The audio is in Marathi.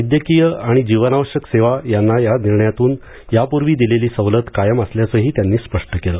वैद्यकीय आणि जीवनावश्यक सेवा यांना या निर्णयातून यापूर्वी दिलेली सवलत कायम असल्याचंही त्यांनी स्पष्ट केलं